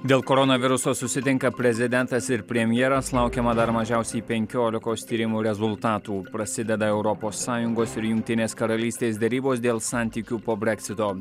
dėl koronaviruso susitinka prezidentas ir premjeras laukiama dar mažiausiai penkiolikos tyrimų rezultatų prasideda europos sąjungos ir jungtinės karalystės derybos dėl santykių po breksito